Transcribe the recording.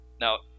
Now